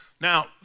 Now